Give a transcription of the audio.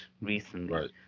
recently